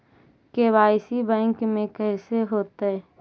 KYC bank में कैसे होतै?